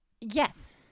Yes